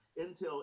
Intel